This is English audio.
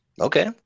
Okay